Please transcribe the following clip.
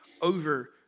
over